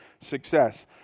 success